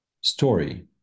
story